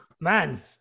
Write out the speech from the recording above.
Man